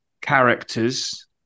characters